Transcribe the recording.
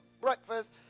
breakfast